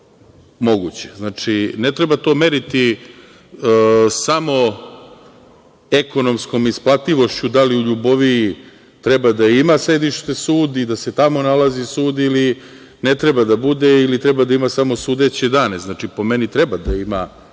Znači, ne treba to meriti samo ekonomskom isplativošću, da li u Ljuboviji treba da ima sedište sud i da se tamo nalazi sud ili ne treba da bude ili treba da ima samo sudeće dane. Po meni treba da ima